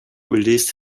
released